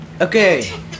Okay